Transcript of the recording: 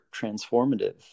transformative